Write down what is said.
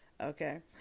Okay